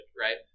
right